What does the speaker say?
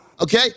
Okay